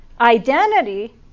identity